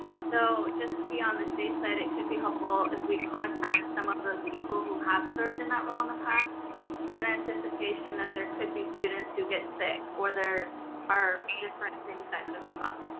so, just to be on the safe side, it could be helpful if we contact some of those people who have served in that role in the past in and anticipation that there could be students who get sick or there are different and things that could come up.